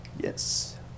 Yes